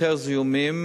יותר זיהומים,